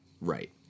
Right